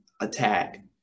attack